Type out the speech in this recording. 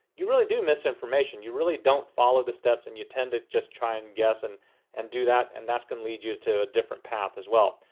you really do miss information. you really don't follow the steps, and you tend to just try and guess, and and do that, and that's gonna lead you to a different path as well.